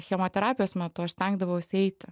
chemoterapijos metu aš stengdavausi eiti